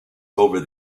over